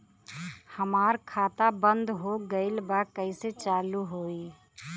हमार खाता बंद हो गईल बा कैसे चालू होई?